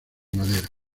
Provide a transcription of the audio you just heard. madera